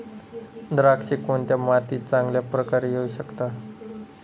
द्राक्षे कोणत्या मातीत चांगल्या प्रकारे येऊ शकतात?